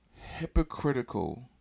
hypocritical